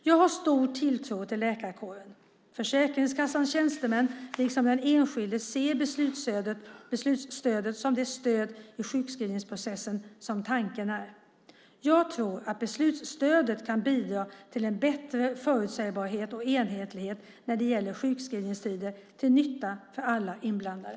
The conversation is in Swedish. Jag har stor tilltro till att läkarkåren, Försäkringskassans tjänstemän liksom den enskilde ser beslutsstödet som det stöd i sjukskrivningsprocessen som tanken är. Jag tror att beslutsstödet kan bidra till en bättre förutsägbarhet och enhetlighet när det gäller sjukskrivningstider, till nytta för alla inblandade.